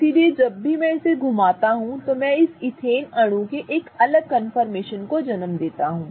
इसलिए जब भी मैं इसे घूमाता हूं तो मैं इस ईथेन अणु के एक अलग कन्फर्मेशन को जन्म देता हूं